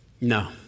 No